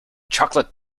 chocolate